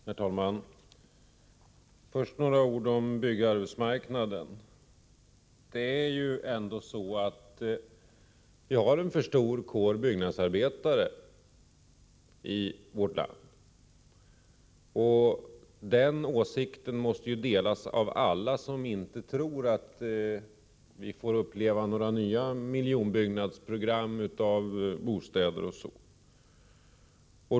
Herr talman! Först vill jag säga några ord om byggarbetsmarknaden. Det är ju ändå så att vi har en alltför stor kår av byggnadsarbetare i vårt land. Denna åsikt måste delas av alla som inte tror att vi får uppleva några nya miljonbyggnadsprogram för bostäder e. d.